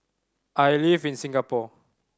I live in Singapore